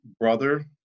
brother